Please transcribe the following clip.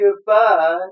goodbye